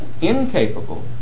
incapable